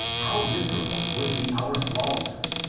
how miserable would be our thraldom!